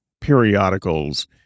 periodicals